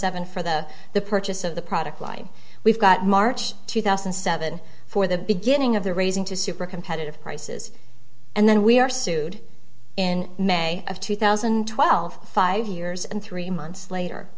seven for the the purchase of the product line we've got march two thousand and seven for the beginning of the raising to super competitive prices and then we are sued in may of two thousand and twelve five years and three months later